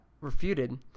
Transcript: refuted